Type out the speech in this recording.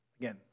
again